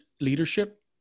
Leadership*